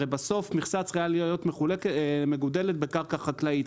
הרי מכסה צריכה להיות מגודלת בקרקע חקלאית.